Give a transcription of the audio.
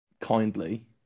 kindly